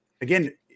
again